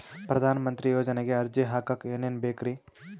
ಪ್ರಧಾನಮಂತ್ರಿ ಯೋಜನೆಗೆ ಅರ್ಜಿ ಹಾಕಕ್ ಏನೇನ್ ಬೇಕ್ರಿ?